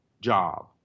job